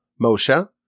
Moshe